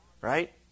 right